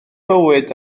bywyd